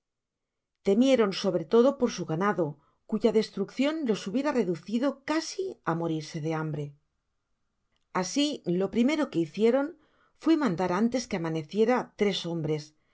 íon sobre todo por su ganado cuya destruccion los hubiera reducido casi á morirse de hambre asi lo primero que hicieron fué mandar antes que amaneciera tres hombres